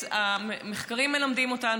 המחקרים מלמדים אותנו,